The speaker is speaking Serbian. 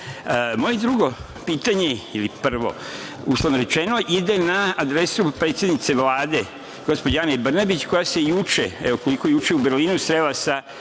drugo pitanje ili prvo, uslovno rečeno, ide na adresu predsednice Vlade, gospođe Ane Brnabić, koja se koliko juče u Berlinu srela sa